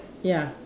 ya